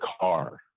car